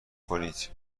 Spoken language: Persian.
کنید